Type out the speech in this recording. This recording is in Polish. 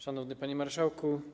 Szanowny Panie Marszałku!